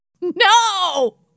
No